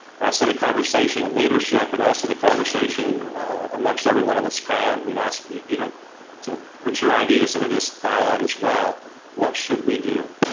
and i set a conversation and leadership but also the conversation amongst everyone on this call and we'd ask you to to put your ideas into this dialogue as well what should we do